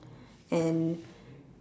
and